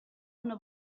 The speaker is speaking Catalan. una